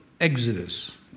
Exodus